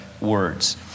words